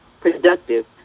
productive